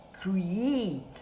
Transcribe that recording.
create